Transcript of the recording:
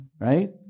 right